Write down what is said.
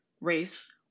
race